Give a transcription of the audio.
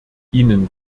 ihnen